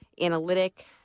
analytic